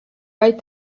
right